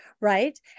right